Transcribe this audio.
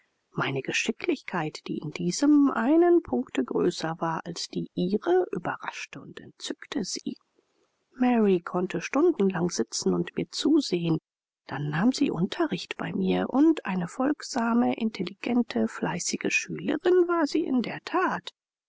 meine geschicklichkeit die in diesem einen punkte größer war als die ihre überraschte und entzückte sie mary konnte stundenlang sitzen und mir zusehen dann nahm sie unterricht bei mir und eine folgsame intelligente fleißige schülerin war sie in der that